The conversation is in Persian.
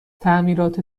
تعمیرات